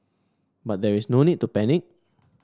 but there is no need to panic